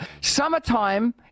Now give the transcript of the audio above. Summertime